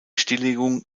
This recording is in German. stilllegung